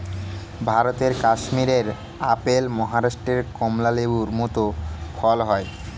ভারতের কাশ্মীরে আপেল, মহারাষ্ট্রে কমলা লেবুর মত ফল হয়